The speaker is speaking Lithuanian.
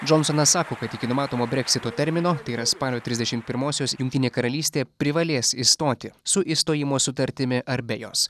džonsonas sako kad iki numatomo breksito termino tai yra spalio trisdešim pirmosios jungtinė karalystė privalės išstoti su išstojimo sutartimi ar be jos